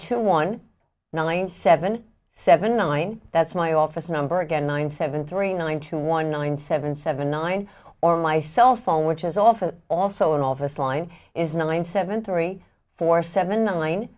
to one nine seven seven nine that's my office number again nine seven three nine to one nine seven seven nine or my cell phone which is often also an office line is nine seven three four seven